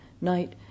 night